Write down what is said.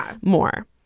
more